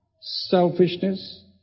selfishness